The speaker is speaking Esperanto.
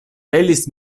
pelis